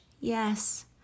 Yes